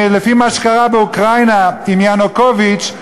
לפי מה שקרה באוקראינה עם ינוקוביץ,